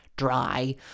dry